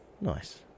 nice